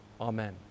Amen